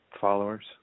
followers